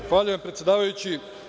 Zahvaljujem, predsedavajući.